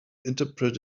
interpret